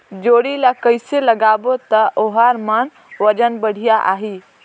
जोणी ला कइसे लगाबो ता ओहार मान वजन बेडिया आही?